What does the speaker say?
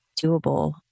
doable